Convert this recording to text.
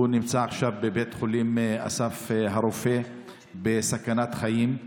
הוא נמצא עכשיו בבית חולים אסף הרופא בסכנת חיים.